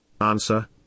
Answer